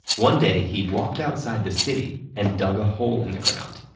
one day, he walked outside the city and dug a hole in the ground.